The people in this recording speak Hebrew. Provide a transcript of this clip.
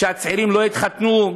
שהצעירים לא יתחתנו?